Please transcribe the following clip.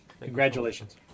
Congratulations